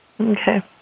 Okay